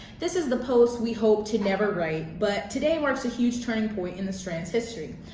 this is the post we hoped to never write, but today marks a huge turning point in the strand's history.